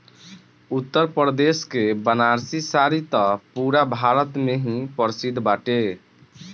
उत्तरप्रदेश के बनारसी साड़ी त पुरा भारत में ही प्रसिद्ध बाटे